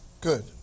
Good